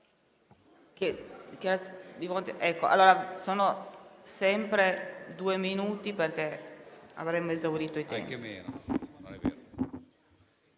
facoltà per due minuti, perché avremmo esaurito i tempi.